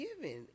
given